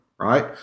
right